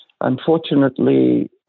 unfortunately